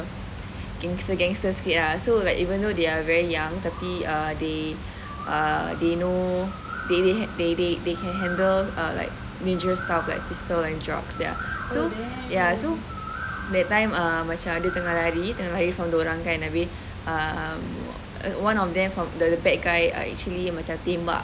gangster gangster sikit ah ya so like even though they are very young the err they know they they they they can handle like dangerous stuff like pistol and drugs ya so that time uh macam dia tengah lari tengah lari from the orang kan abeh um one of them from the bad guy actually tembak